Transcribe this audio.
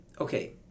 Okay